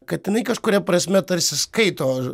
kad jinai kažkuria prasme tarsi skaito